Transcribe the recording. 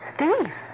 Steve